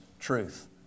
truth